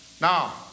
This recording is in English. Now